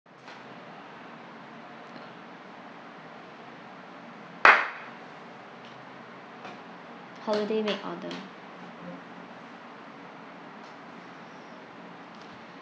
holiday make order